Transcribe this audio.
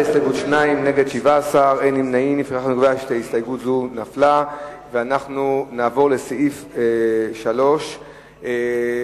ההסתייגות של קבוצת סיעת חד"ש וחבר הכנסת טלב אלסאנע לסעיף 3 לא נתקבלה.